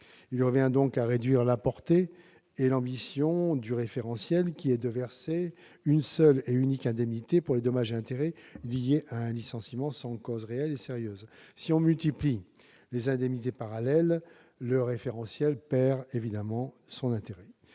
Il revient donc à réduire la portée et l'ambition du référentiel, qui est de verser une seule et unique indemnité pour les dommages et intérêts liés à un licenciement sans cause réelle et sérieuse. Si l'on multiplie les indemnités parallèles, le référentiel perd de son intérêt.